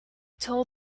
told